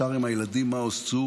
שר עם הילדים מעוז צור,